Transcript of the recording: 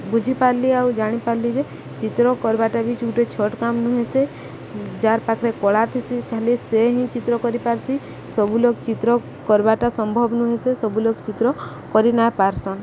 ବୁଝିପାରିଲି ଆଉ ଜାଣିପାରିଲି ଯେ ଚିତ୍ର କର୍ବାଟା ବି ଯୋଉୋଟେ ଛଟ୍ କାମ ନୁହେଁସ ଯାର୍ ପାଖରେ କଳା ଥିସି ଖାଲି ସେ ହିଁ ଚିତ୍ର କରିପାର୍ସି ସବୁ ଲୋକ ଚିତ୍ର କର୍ବାଟା ସମ୍ଭବ ନୁହେଁସେ ସବୁ ଲୋକ ଚିତ୍ର କରି ନାଇ ପାର୍ସନ୍